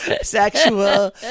Sexual